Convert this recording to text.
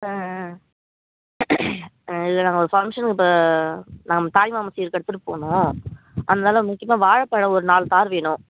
ஆஆ இல்லல்லைங்க ஒரு ஃபங்க்ஷனுக்கு பா நம் தாய்மாமன் சீருக்கு எடுத்துகிட்டு போகணும் அதனால முக்கியமாக வாழைப்பழோம் ஒரு நாலு தார் வேணும்